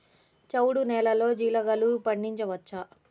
చవుడు నేలలో జీలగలు పండించవచ్చా?